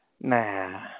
nah